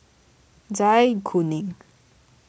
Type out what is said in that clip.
Zai Kuning